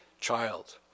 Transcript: child